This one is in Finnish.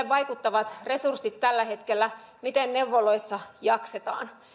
vaikuttavat neuvoloiden resurssit tällä hetkellä miten neuvoloissa jaksetaan